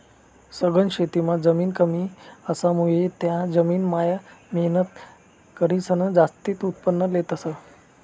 सघन शेतीमां जमीन कमी असामुये त्या जमीन मान मेहनत करीसन जास्तीन उत्पन्न लेतस